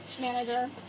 manager